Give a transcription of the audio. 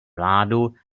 vládu